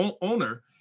owner